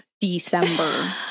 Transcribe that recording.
December